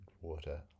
water